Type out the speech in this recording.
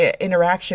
interaction